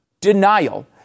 denial